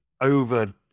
over